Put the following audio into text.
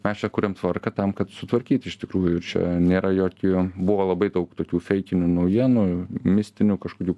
mes čia kuriam tvarką tam kad sutvarkyt iš tikrųjų ir čia nėra jokio buvo labai daug tokių feikinių naujienų mistinių kažkokių